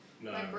No